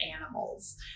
animals